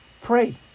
pray